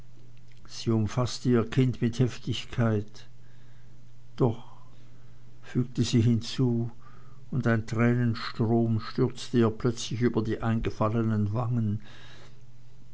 umfaßte ihr kind mit heftigkeit doch fügte sie hinzu und ein tränenstrom stürzte ihr plötzlich über die eingefallenen wangen